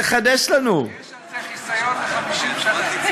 תעשי לי טובה, למי את מוכרת את הלוקשים האלה?